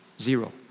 zero